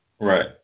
Right